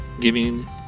giving